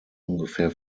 ungefähr